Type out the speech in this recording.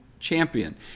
champion